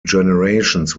generations